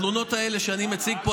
התלונות האלה שאני מציג פה,